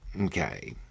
Okay